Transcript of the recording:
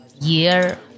year